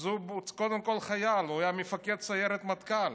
הוא היה קודם כול חייל, הוא היה מפקד סיירת מטכ"ל.